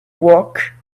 work